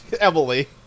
Emily